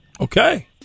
Okay